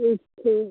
अच्छा